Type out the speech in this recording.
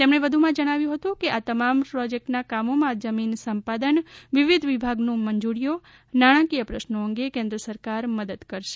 તેમણે વધુમાં જણાવ્યું હતું કે આ તમામ પ્રોજેકટના કામોમાં જમીન સંપાદન વિવિધ વિભાગોની મંજૂરીઓ નાણાકીય પ્રશ્નો અંગે કેન્દ્ર સરકાર મદદ કરશે